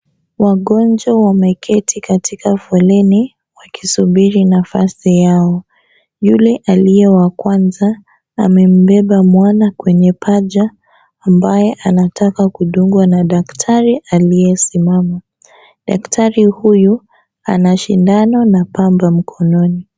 Wagonjwa wameketi katika foleni wakisubiri nafasi yao. Yule aliye wa kwanza amembeba mwana kwenye paja ambaye anataka kudungwa na daktari aliyesimama. Daktari huyu ana sindano na pamba mkononi.